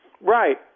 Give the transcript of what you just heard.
Right